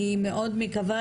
אני מאוד מקווה